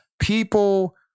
People